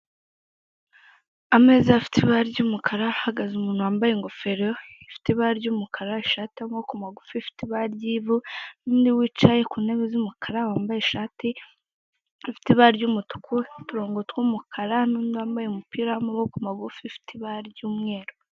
Ameza afite ibara ry'umukara, hahagaze umuntu ingofero ifite ibara ry'umukara, ishati y'amaboko magufi ifite ibara ry'ivu, n'undi wicaye ku ntebe z'umukara wambaye ishati ifite ibara ry'umutuku, uturongo tw'umukara n'undi wambaye umupira w'amaboko magufi, ufite ibara ry'umweru.